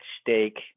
stake